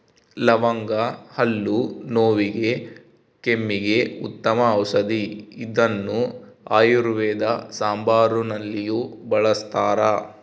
ಲವಂಗ ಹಲ್ಲು ನೋವಿಗೆ ಕೆಮ್ಮಿಗೆ ಉತ್ತಮ ಔಷದಿ ಇದನ್ನು ಆಯುರ್ವೇದ ಸಾಂಬಾರುನಲ್ಲಿಯೂ ಬಳಸ್ತಾರ